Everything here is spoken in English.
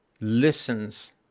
listens